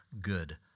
good